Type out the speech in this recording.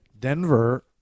Denver